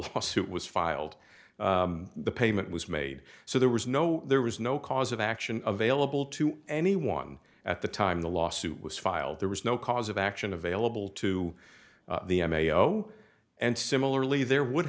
lawsuit was filed the payment was made so there was no there was no cause of action available to anyone at the time the lawsuit was filed there was no cause of action available to the mayo and similarly there would